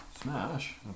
Smash